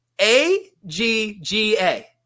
A-G-G-A